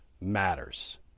matters